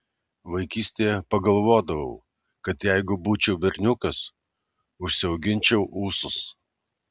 vaikystėje pagalvodavau kad jei būčiau berniukas užsiauginčiau ūsus